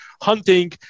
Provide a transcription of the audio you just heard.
hunting